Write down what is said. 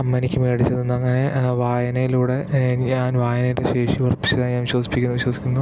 അമ്മ എനിക്ക് മേടിച്ചുതന്നു അങ്ങനെ വായനയിലൂടെ ഞാൻ വായനയുടെ ശേഷി വർധിപ്പിച്ചതായി ഞാൻ വിശ്വസിപ്പിക്കുന്നു വിശ്വസിക്കുന്നു